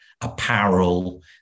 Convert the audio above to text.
apparel